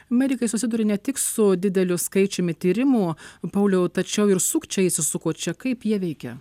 medikai susiduria ne tik su dideliu skaičiumi tyrimų pauliau tačiau ir sukčiai įsisuko čia kaip jie veikia